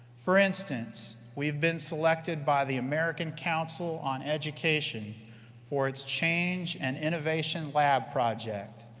for instance, we have been selected by the american council on education for its change and innovation lab project.